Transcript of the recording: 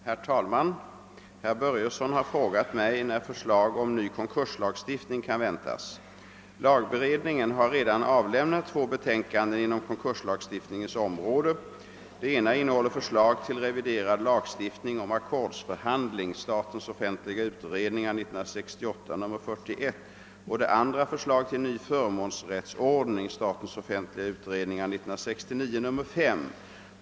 Herr talman! Herr Börjesson i Falköping har frågat mig när förslaget om ny konkurslagstiftning kan väntas. Lagberedningen har redan avlämnat två betänkanden inom konkurslagstiftningens område. Det ena innehåller förslag till reviderad lagstiftning om ackordsförhandling och det andra förslag till ny förmånsrättsordning .